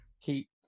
keep